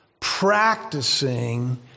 practicing